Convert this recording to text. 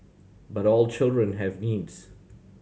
but all children have needs